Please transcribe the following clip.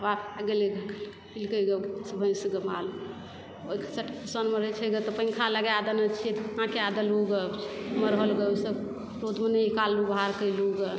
पङ्खा लगाए देने छिऐ ठाँ कए देलहुँ गऽ रौदमे नहि निकाललहुँ बाहर केलहुँ गऽ